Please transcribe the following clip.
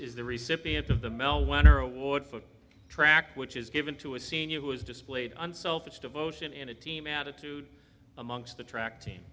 is the recipient of the mel wenner award for track which is given to a senior who has displayed unselfish devotion in a team attitude amongst the track te